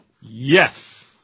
Yes